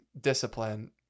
discipline